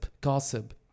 gossip